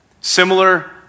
Similar